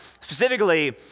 specifically